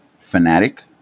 fanatic